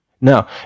Now